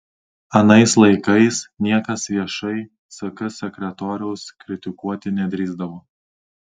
anais laikais niekas viešai ck sekretoriaus kritikuoti nedrįsdavo